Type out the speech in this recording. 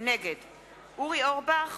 נגד אורי אורבך,